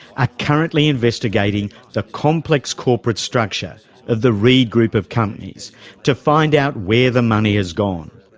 are currently investigating the complex corporate structure of the reed group of companies to find out where the money has gone.